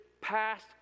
passed